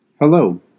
Hello